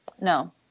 No